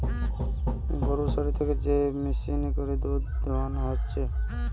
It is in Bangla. গরুর শরীর থেকে যে মেশিনে করে দুধ দোহানো হতিছে